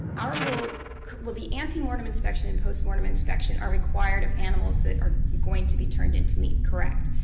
our rules well the ante-mortem inspection and post-mortem inspection are required of animals that are going to be turned into meat, correct.